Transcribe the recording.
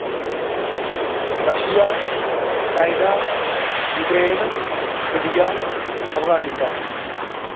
Russia China Ukraine India Afghanistan